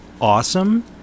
awesome